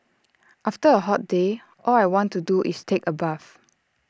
after A hot day all I want to do is take A bath